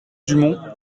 dumont